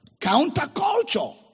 Counterculture